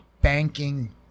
banking